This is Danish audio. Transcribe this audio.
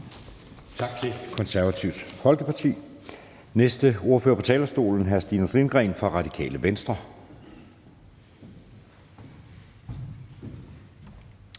for Det Konservative Folkeparti. Den næste ordfører på talerstolen er hr. Stinus Lindgreen fra Radikale Venstre.